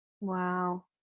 Wow